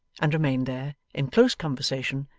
and remained there, in close conversation,